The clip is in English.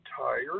tired